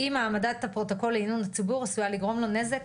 אם העמדת הפרוטוקול לעיון הציבור עשויה לגרום לו נזק,